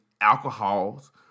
alcohols